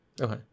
Okay